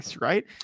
right